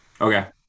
Okay